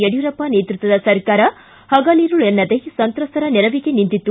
ಯಡಿಯೂರಪ್ಪ ನೇತೃತ್ವದ ಸರ್ಕಾರ ಪಗಲಿರುಳೆನ್ನದೆ ಸಂತ್ರಸ್ತರ ನೆರವಿಗೆ ನಿಂತಿತ್ತು